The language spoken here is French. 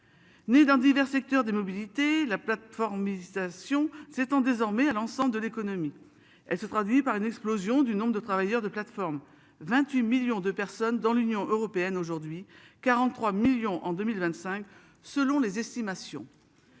Né dans divers secteurs des mobilités la plateforme hésitation s'étend désormais à l'ensemble de l'économie. Elle se traduit par une explosion du nombre de travailleurs de plateforme 28 millions de personnes dans l'Union Européenne aujourd'hui 43 millions en 2025, selon les estimations.